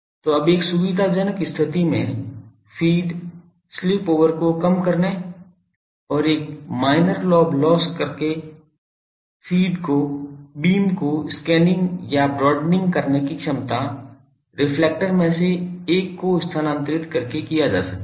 तो अब एक सुविधाजनक स्थिति में फ़ीड स्पिल ओवर को कम करके और एक माइनर लोब लोस्स करके बीम को स्कैनिंग या ब्रॉडेनिंग करने की क्षमता रिफ्लेक्टर में से एक को स्थानांतरित करके किया जा सकता है